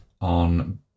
on